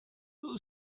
who